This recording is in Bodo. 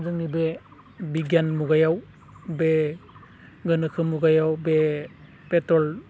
जोंनि बे बिगियान मुगायाव बे गोनोखो मुगायाव बे पेट्रल